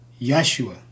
Yeshua